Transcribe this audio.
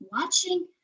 watching